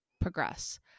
progress